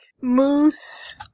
moose